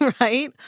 Right